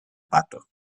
pato